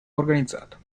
organizzata